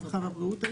הרווחה והבריאות.